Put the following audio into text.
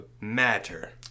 matter